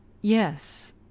Yes